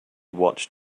watched